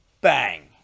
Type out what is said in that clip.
bang